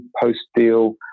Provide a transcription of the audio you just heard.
post-deal